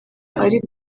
ariko